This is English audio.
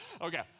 Okay